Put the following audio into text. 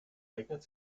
eignet